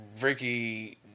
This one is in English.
Ricky